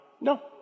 No